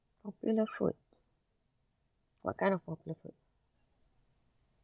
you love food what kind of popular food